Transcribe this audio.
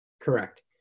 Correct